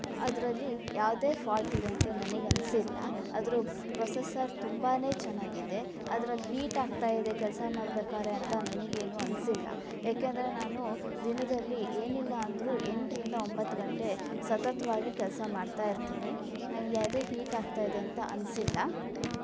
ಅದರಲ್ಲಿ ಯಾವುದೇ ಫಾಲ್ಟ್ ಇದೆ ಅಂತ ನನಿಗನಿಸಿಲ್ಲ ಅದರ ಪ್ರೊಸೆಸರ್ ತುಂಬ ಚೆನ್ನಾಗಿದೆ ಅದರಲ್ಲಿ ಹೀಟ್ ಆಗ್ತಾ ಇದೆ ಕೆಲಸ ಮಾಡ್ಬೇಕಾದ್ರೆ ಅಂತ ನನಗೇನೂ ಅನಿಸಿಲ್ಲ ಯಾಕೆಂದರೆ ನಾನು ದಿನದಲ್ಲಿ ಏನಿಲ್ಲ ಅಂದರೂ ಎಂಟರಿಂದ ಒಂಬತ್ತು ಗಂಟೆ ಸತತವಾಗಿ ಕೆಲಸ ಮಾಡ್ತಾ ಇರ್ತೀನಿ ನನಗೆ ಅದು ಹೀಟ್ ಆಗ್ತಾ ಇದೆ ಅಂತ ಅನಿಸಿಲ್ಲ